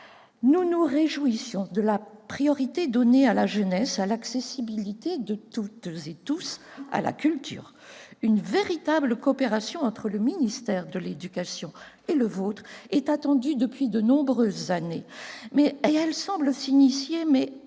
Nous nous réjouissons de la priorité donnée à la jeunesse et à l'accessibilité de toutes et tous à la culture. Une véritable coopération entre le ministère de l'éducation nationale et le vôtre est attendue depuis de nombreuses années ; elle semble commencer, mais